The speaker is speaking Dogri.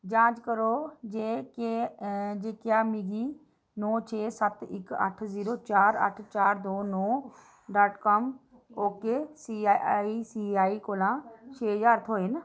जांच करो जे क्या मिगी नौ छे सत्त इक अट्ठ जीरो चार अट्ठ चार दो नो dot com okay C I C I कोला छे ज्हार थ्होए न